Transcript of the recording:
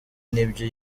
n’ibyo